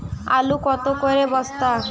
আলু কত করে বস্তা?